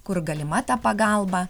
kur galima ta pagalba